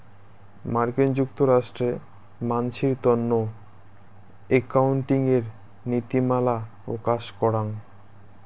মার্কিন যুক্তরাষ্ট্রে মানসির তন্ন একাউন্টিঙের নীতিমালা প্রকাশ করাং